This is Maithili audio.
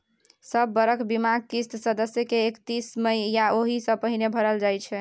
सब बरख बीमाक किस्त सदस्य के एकतीस मइ या ओहि सँ पहिने भरल जाइ छै